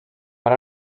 ara